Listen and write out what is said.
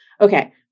okay